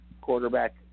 quarterback